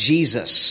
Jesus